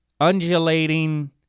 undulating